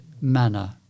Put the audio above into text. manner